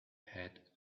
had